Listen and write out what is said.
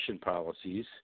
policies